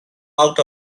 out